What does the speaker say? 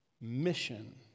mission